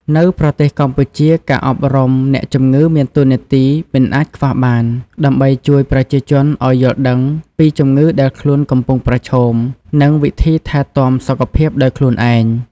នៅប្រទេសកម្ពុជា ការអប់រំអ្នកជំងឺមានតួនាទីមិនអាចខ្វះបាន ដើម្បីជួយប្រជាជនឱ្យយល់ដឹងពីជំងឺដែលខ្លួនកំពុងប្រឈម និងវិធីថែទាំសុខភាពដោយខ្លួនឯង។